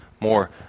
more